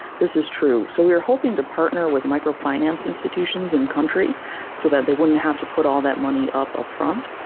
this is true. so we are hoping to partner with micro finance institutions in country so that they wouldn't have to put all that money up upfront,